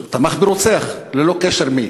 תמך ברוצח, ללא קשר של מי,